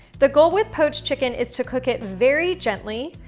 the goal with poached chicken is to cook it very gently,